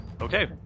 Okay